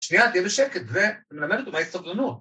‫שנייה, תהיה בשקט, ‫ואני מלמד אותו, מה היא סבלנות?